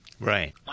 Right